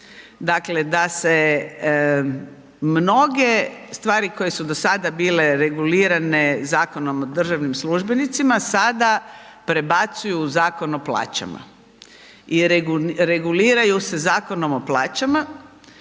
Dakle, da se mnoge stvari koje su do sada bile regulirane Zakonom o državnim službenicima sada prebacuju u Zakon o plaćama i reguliraju se Zakonom o plaćama,